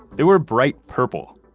they were bright purple!